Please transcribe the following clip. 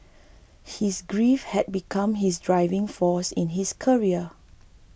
his grief had become his driving force in his career